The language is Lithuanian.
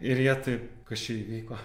ir jie taip kas čia vyko